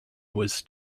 was